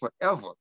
forever